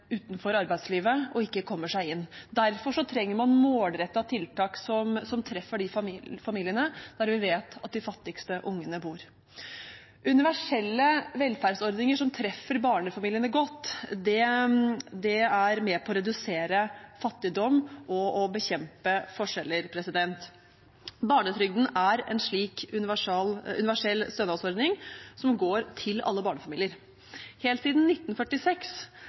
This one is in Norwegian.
utenfor arbeidslivet og ikke kommer seg inn, veldig lite. Derfor trenger man målrettede tiltak som treffer de familiene der vi vet at de fattigste barna bor. Universelle velferdsordninger som treffer barnefamiliene godt, er med på å redusere fattigdom og bekjempe forskjeller. Barnetrygden er en slik universell stønadsordning, som går til alle barnefamilier. Helt siden 1946